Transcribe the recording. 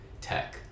tech